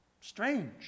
strange